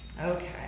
Okay